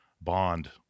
bond